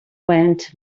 went